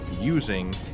using